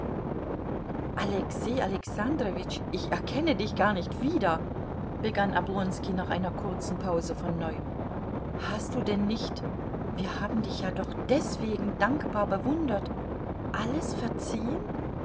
alexei alexandrowitsch ich erkenne dich gar nicht wieder begann oblonski nach einer kurzen pause von neuem hast du denn nicht wir haben dich ja doch deswegen dankbar bewundert alles verziehen